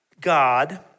God